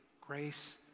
grace